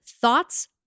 thoughts